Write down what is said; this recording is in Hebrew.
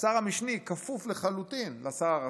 והשר המשני כפוף לחלוטין לשר הראשי.